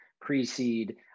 pre-seed